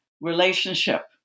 relationship